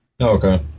okay